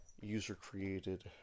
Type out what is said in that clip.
user-created